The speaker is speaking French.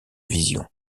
vision